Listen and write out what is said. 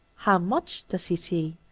how much does he see?